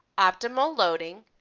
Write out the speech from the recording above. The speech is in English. optimal loading,